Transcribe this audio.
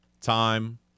Time